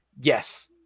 yes